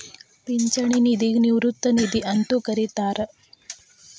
ಪಿಂಚಣಿ ನಿಧಿಗ ನಿವೃತ್ತಿ ನಿಧಿ ಅಂತೂ ಕರಿತಾರ